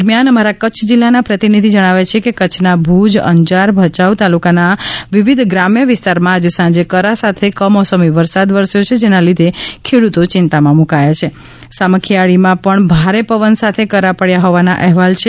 દરમિયાન અમારા કચ્છ જિલ્લાના પ્રતિનિધિ જણાવે છે કે કચ્છના ભુજ અંજાર ભયાઉ તાલુકાના વિવિધ ગ્રામ્ય વિસ્તારમાં આજે સાંજે કરા સાથે કમોસમી વરસાદ વરસ્યો છે જેના લીધે ખેડૂતો ચિંતામાં મુકાયા છે સામખીયાળીમાં પણ ભારે પવન સાથે કરા પડયા હોવાના અહેવાલ છે